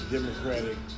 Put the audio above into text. Democratic